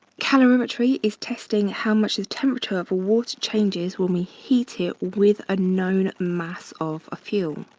calorimetry is testing how much the temperature of water changes when we heat it with a known mass of a fuel.